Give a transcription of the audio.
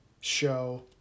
show